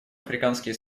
африканские